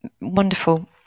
Wonderful